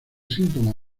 síntomas